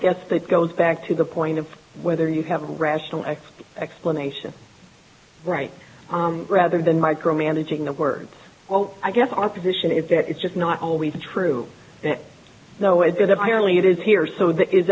yes that goes back to the point of whether you have a rational x explanation right rather than micromanaging the words well i guess our position is that it's just not always true though it is i really it is here so that is